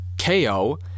KO